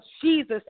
Jesus